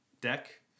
deck